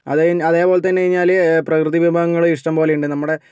അതേപോലെതന്നെ കഴിഞ്ഞാൽ പ്രകൃതി വിഭവങ്ങൾ ഇഷ്ടംപോലെയുണ്ട് നമ്മുടെ